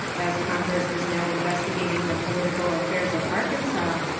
as congress is now investigating the political affairs of arkansas,